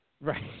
right